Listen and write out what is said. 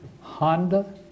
Honda